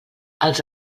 els